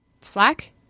Slack